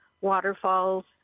waterfalls